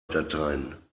dateien